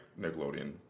Nickelodeon